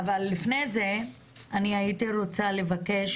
אבל לפני זה אני הייתי רוצה לבקש